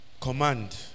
command